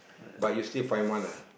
but you still find one lah